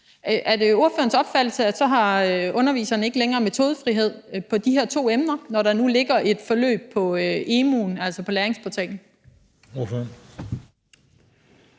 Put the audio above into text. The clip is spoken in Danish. Er det ordførerens opfattelse, at så har underviseren ikke længere metodefrihed, hvad angår de her to emner, når der nu ligger et forløb på emu.dk, altså på læringsportalen?